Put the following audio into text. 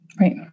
right